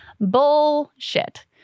Bullshit